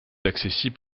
accessible